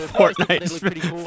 Fortnite